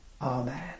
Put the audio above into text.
Amen